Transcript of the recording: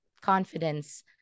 confidence